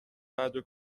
بعده